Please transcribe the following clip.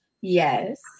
Yes